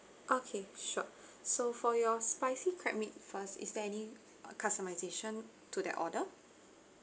okay sure so for your spicy crab meat first is there any customization to that order